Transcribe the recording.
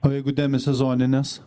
o jeigu demisezoninės